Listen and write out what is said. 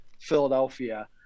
Philadelphia